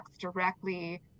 directly